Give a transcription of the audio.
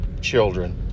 children